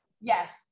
yes